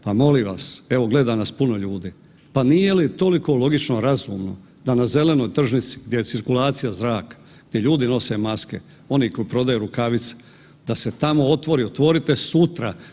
Pa molim vas, evo gleda nas puno ljudi, pa nije li toliko logično razumno da na zelenoj tržnici gdje je cirkulacija zraka, gdje ljudi nose maske, oni koji prodaju rukavice, da se tamo otvori, otvorite sutra.